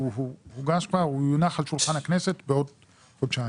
הוא הוגש כבר והוא יונח על שולחן הכנסת בעוד חודשיים.